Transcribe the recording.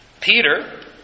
Peter